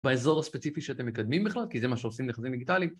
באזור הספציפי שאתם מקדמים בכלל כי זה מה שעושים נכסים דיגיטליים